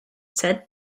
said